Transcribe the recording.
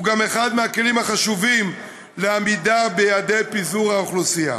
הוא גם אחד מהכלים החשובים לעמידה ביעדי פיזור האוכלוסייה.